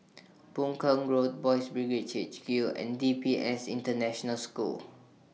Boon Keng Road Boys' Brigade H Q and D P S International School